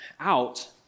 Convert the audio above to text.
out